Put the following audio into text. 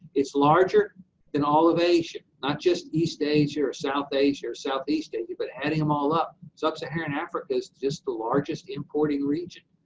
it's larger than all of asia, not just east asia or south asia or southeast asia, but adding them all up, sub-saharan africa is just the largest importing region.